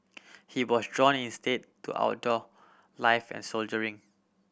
he was drawn instead to outdoor life and soldiering